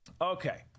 Okay